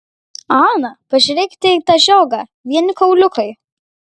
ana pažiūrėkite į tą žiogą vieni kauliukai